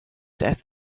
death